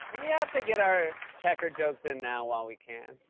we have to get our pecker jokes in now while we can